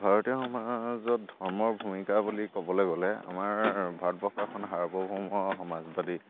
ভাৰতীয় সমাজত ধৰ্মৰ ভূমিকা বুলি ক'বলৈ গ'লে আমাৰ ভাৰতবৰ্ষ এখন সাৰ্বভৌম সমাজবাদী